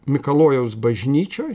mikalojaus bažnyčioj